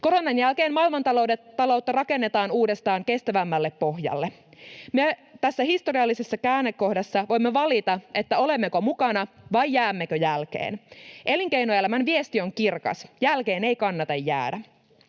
Koronan jälkeen maailmantaloutta rakennetaan uudestaan kestävämmälle pohjalle. Tässä historiallisessa käännekohdassa voimme valita, olemmeko mukana vai jäämmekö jälkeen. Elinkeinoelämän viesti on kirkas: jälkeen ei kannata jäädä.